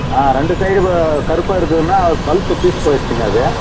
ஆ ரெண்டு சைடு இப்போ கருப்பாக இருக்குதுன்னால் பல்பு பீஸ் போயிடுச்சுங்க அது